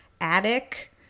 attic